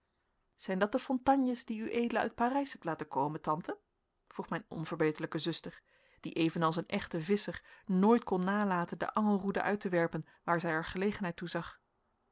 zijn dat de fontanges die ued uit parijs hebt laten komen tante vroeg mijn onverbeterlijke zuster die evenals een echte visscher nooit kon nalaten de angelroede uit te werpen waar zij er gelegenheid toe zag